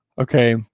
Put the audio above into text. Okay